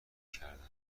کردم